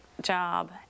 job